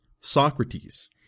Socrates